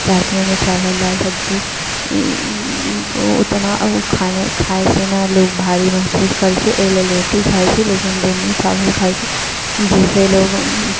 रातिमे चावल दालि सब्जी ओ उतना लोक नहि खाना खाइ खाइ छै ओहीसँ लोक भारी महसूस करै छै एहि लेल रोटी खाइ छै लेकिन दिनमे चावल खाइ छै जाहिसँ लोक